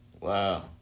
Wow